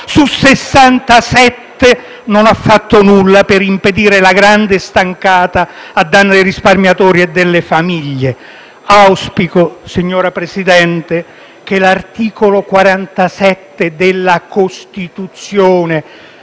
su 67), non ha fatto nulla per impedire la grande stangata a danno dei risparmiatori e delle famiglie. Signor Presidente, auspico che l'articolo 47 della Costituzione,